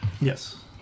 yes